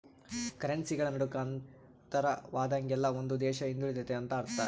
ಕರೆನ್ಸಿಗಳ ನಡುಕ ಅಂತರವಾದಂಗೆಲ್ಲ ಒಂದು ದೇಶ ಹಿಂದುಳಿತೆತೆ ಅಂತ ಅರ್ಥ